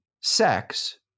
sex